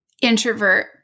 Introvert